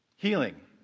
Healing